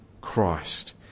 Christ